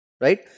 Right